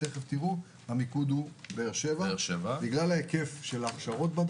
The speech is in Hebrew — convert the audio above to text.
המיקוד הוא באר שבע בגלל היקף ההכשרות,